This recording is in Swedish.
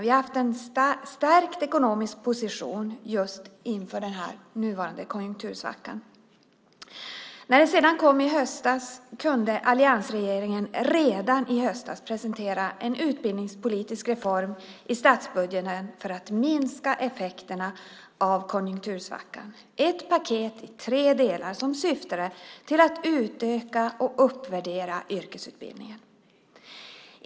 Vi har haft en stärkt ekonomisk position inför den nuvarande konjunktursvackan. När den sedan kom kunde alliansregeringen redan i höstas presentera en utbildningspolitisk reform i statsbudgeten för att minska effekterna av konjunktursvackan: ett paket i tre delar som syftade till att utöka och uppvärdera yrkesutbildningen.